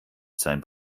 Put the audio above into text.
sein